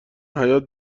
حیاط